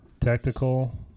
Tactical